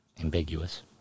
ambiguous